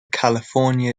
california